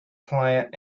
client